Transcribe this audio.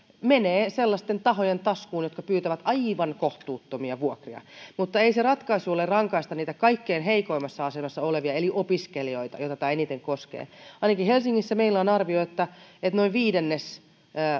menee sellaisten tahojen taskuun jotka pyytävät aivan kohtuuttomia vuokria mutta ei se ratkaisu ole rankaista niitä kaikkein heikoimmassa asemassa olevia eli opiskelijoita joita tämä eniten koskee ainakin helsingistä meillä on arvio että että noin viidennes